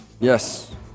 Yes